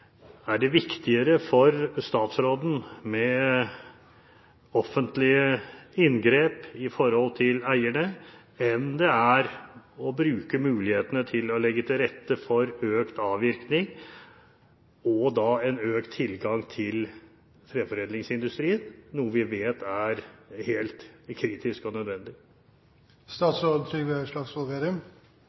Er det viktigere for statsråden med offentlige inngrep i forhold til eierne enn det er å bruke mulighetene til å legge til rette for økt avvirkning – og da en økt tilgang til treforedlingsindustrien, noe vi vet er helt kritisk og